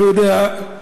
לא יודע,